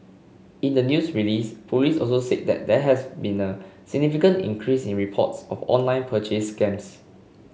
in the news release police also said that there has been a significant increase in reports of online purchase scams